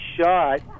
shot